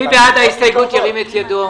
מי בעד ההסתייגות ירים את ידו.